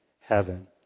heaven